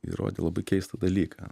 įrodė labai keistą dalyką